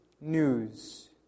news